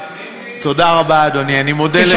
תודה רבה, אני מודה לך.